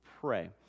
pray